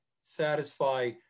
satisfy